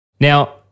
Now